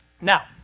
Now